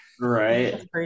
Right